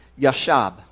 yashab